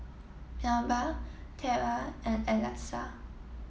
Melba Tera and Alexa